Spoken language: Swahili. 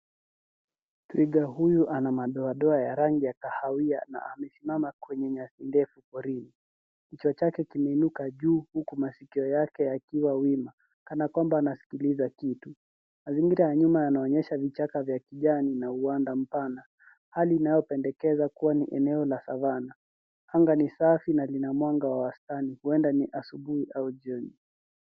Twiga huyu ana madoadoa ya rangi ya kahawia na amesimama kwenye nyasi ndefu porini. Kichwa chake kimeinuka juu huku masikio yake yakiwa wima kana kwamba anasikiliza kitu. Mazingira ya nyuma yanaonyesha vichaka vya kijani na uwanda mpana, hali inayopendekeza kuwa ni eneo la savana. Anga ni safi na lina mwanga wa wastani huenda ni asubuhi au jioni.